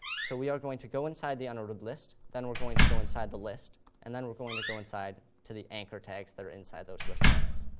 so we are going to go inside the unordered list, then we're going to go inside the list, and then we're going to go inside to the anchor tags that are inside those list elements.